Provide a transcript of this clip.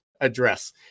address